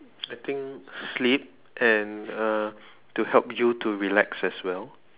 I think sleep and uh to help you to relax as well